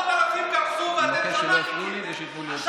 עשרות אלפים קרסו, ואתם שנה